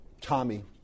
Tommy